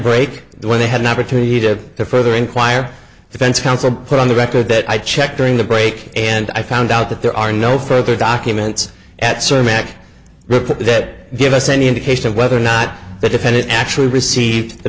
break when they had an opportunity to further inquire defense counsel put on the record that i checked during the break and i found out that there are no further documents etc mack reported that give us any indication of whether or not the defendant actually received the